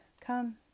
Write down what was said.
Come